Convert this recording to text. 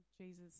Jesus